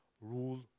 rule